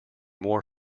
more